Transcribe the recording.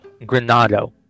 Granado